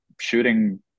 shooting